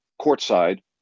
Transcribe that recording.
courtside